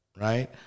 right